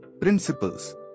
Principles